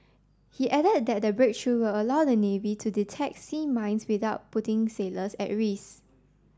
he added that the breakthrough will allow the navy to detect sea mines without putting sailors at risk